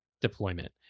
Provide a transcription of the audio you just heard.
deployment